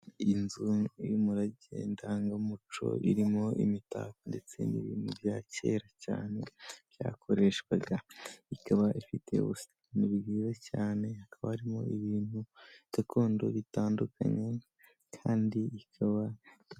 Iyi nzi ni iy'umurage ndangamuco. Irimo imitako ndetse n'ibindi bya kera byose byakoreshwaga. Ikaba ifite ubusitani bwiza cyane, hakaba harimo ibintu gakondo byiza cyane.